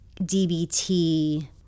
dbt